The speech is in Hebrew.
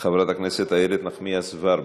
חברת הכנסת איילת נחמיאס ורבין,